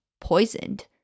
poisoned